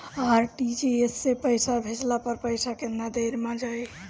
RTGS से पईसा भेजला पर पईसा केतना देर म जाई?